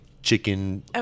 Chicken